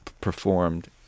performed